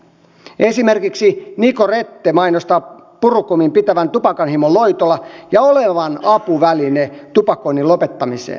esimerkiksi nicorette mainostaa purukumin pitävän tupakanhimon loitolla ja olevan apuväline tupakoinnin lopettamiseen